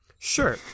Sure